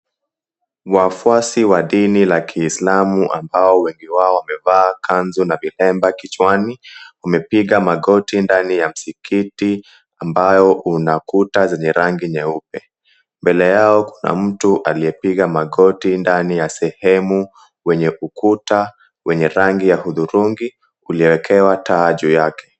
Wafuasi wa dini la Kiislamu ambao wengi wao wamevaa kanzu na vilemba kichwani wamepiga magoti ndani ya msikiti ambayo una kuta zenye rangi nyeupe mbele yao, kuna mtu aliyepiga magoti ndani ya sehemu wenye ukuta wenye rangi ya udhurungi kuliekewa taa juu yake.